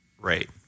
rate